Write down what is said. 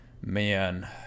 man